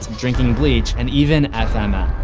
drinking bleach and even fml.